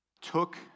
took